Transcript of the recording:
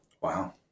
Wow